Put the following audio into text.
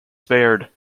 spared